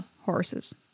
horses